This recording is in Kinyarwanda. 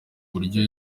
buryo